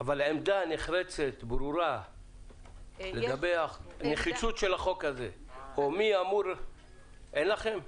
עמדה נחרצת לגבי נחיצות החוק הזה אין לכם?